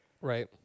right